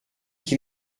qui